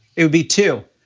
it would be two.